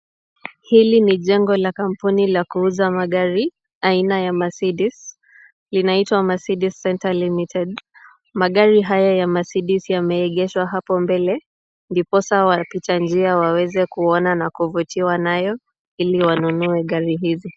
Hili ni jengo la kampuni la kuuza magari aina ya Mercedes. Inaitwa Mercedes Center Limited. Magari haya ya Mercedes yameegeshwa hapo mbele ndiposa wapita njia waweze kuona na kuvutiwa nayo ili wanunue gari hizi.